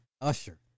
Usher